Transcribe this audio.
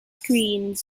screen